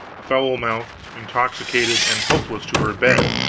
foul-mouthed, intoxicated, and helpless, to her bed,